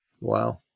Wow